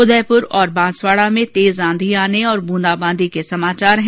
उदयपुर और बांसवाडा में तेज आंधी ैाने और बूंदीबांदी के समाचार हैं